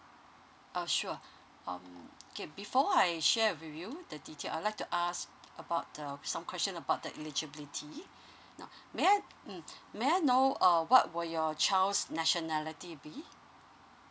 uh sure um okay before I share with you the detail I'd like to ask about uh some question about the eligibility now may I mm may I know uh what will your child's nationality be